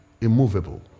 immovable